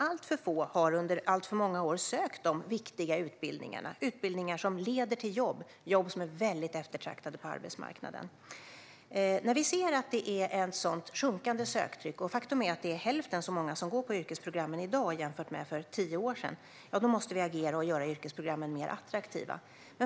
Alltför få har under alltför många år sökt de viktiga utbildningarna - utbildningar som leder till jobb som är väldigt eftertraktade på arbetsmarknaden. När vi ser ett sådant sjunkande söktryck - faktum är att det bara är hälften så många som går på yrkesprogrammen i dag jämfört med för tio år sedan - måste vi agera och göra yrkesprogrammen mer attraktiva.